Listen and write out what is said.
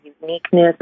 uniqueness